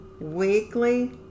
weekly